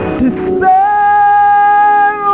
despair